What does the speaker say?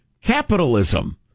capitalism